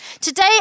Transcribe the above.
Today